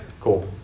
Cool